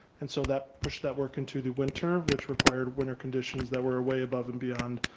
and so that pushed that work into the winter which required winter conditions that were way above and beyond,